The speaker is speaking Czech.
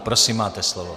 Prosím máte slovo.